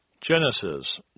Genesis